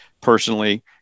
personally